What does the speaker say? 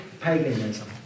paganism